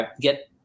get –